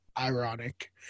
ironic